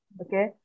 Okay